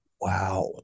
Wow